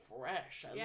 fresh